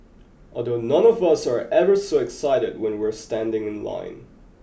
although none of us are ever so excited when we're standing in line